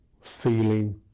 feeling